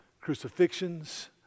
crucifixions